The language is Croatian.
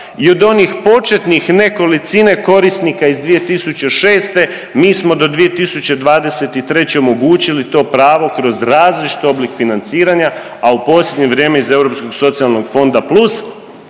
I od onih početnih nekolicine korisnika iz 2006. mi smo do 2023. omogućili to pravo kroz različit oblik financiranja, a u posljednje vrijeme iz